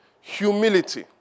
humility